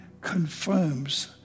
confirms